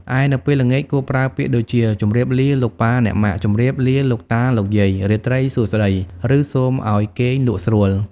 ឯ នៅពេលល្ងាច គួរប្រើពាក្យដូចជា ជម្រាបលាលោកប៉ាអ្នកម៉ាក់ ជំរាបលាលោកតាលោកយាយ រាត្រីសួស្តី ឬ សូមអោយគេងលក់ស្រួល។